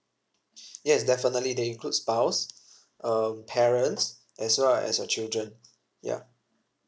yes definitely they include spouse um parents as well as your children ya